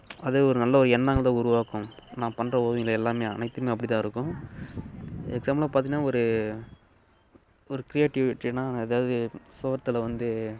அது ஒரு நல்ல ஒரு எண்ணங்களை உருவாக்கும் நான் பண்ணுற ஓவியங்கள் எல்லாமே அனைத்துமே அப்படி தான் இருக்கும் எக்ஸாம்பிளு பார்த்தீங்கன்னா ஒரு ஒரு கிரியேட்டிவிட்டின்னால் எதாவது சுவுத்துல வந்து